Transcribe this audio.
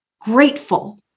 grateful